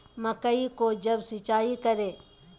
मकई को कब सिंचाई करे?